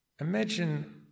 Imagine